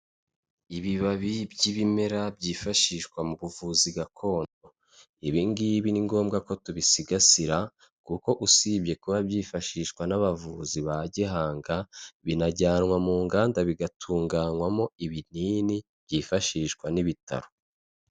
Ibibabi by'ibimera byifashishwa mu buvuzi gakondo. Ibi ngibi ni ngombwa ko tubisigasira kuko usibye kuba byifashishwa n'abavuzi ba gihanga, binajyanwa mu nganda bigatunganywamo ibinini byifashishwa n'ibitaro.